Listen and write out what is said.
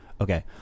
Okay